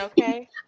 Okay